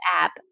app